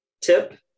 tip